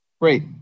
Great